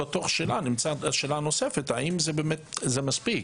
בתוך השאלה נמצאת גם שאלה הנוספת: האם זה באמת מספיק?